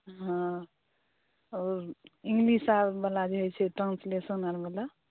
हॅं इंग्लिश आर वाला जे होइ छै ट्रान्सलेशन आर वाला